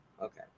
Okay